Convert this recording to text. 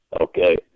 Okay